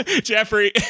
Jeffrey